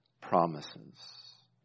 promises